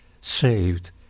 saved